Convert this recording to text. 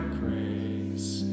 grace